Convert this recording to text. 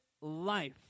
life